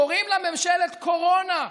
קוראים לה ממשלת קורונה,